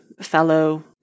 fellow